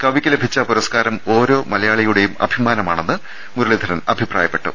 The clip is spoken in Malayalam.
കവിക്ക് ലഭിച്ച പുരസ്കാരം ഓരോ മലയാളിയുടെയും അഭി മാനമാണെന്ന് മുരളീധരൻ അഭിപ്രായപ്പെട്ടു